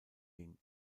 ging